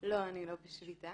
לא, אני לא בשביתה.